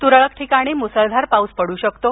तुरळक ठिकाणी मुसळधार पाऊस पडू शकतो